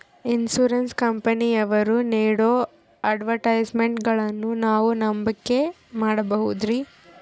Insurance ಕಂಪನಿಯವರು ನೇಡೋ ಅಡ್ವರ್ಟೈಸ್ಮೆಂಟ್ಗಳನ್ನು ನಾವು ನಂಬಿಕೆ ಮಾಡಬಹುದ್ರಿ?